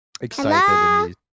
excited